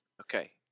Okay